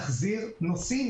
אתה רוצה להוסיף משהו,